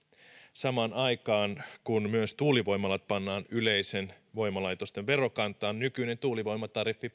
samaan aikaan kun myös tuulivoimalat pannaan yleiseen voimalaitosten verokantaan nykyinen tuulivoimatariffi